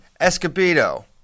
Escobedo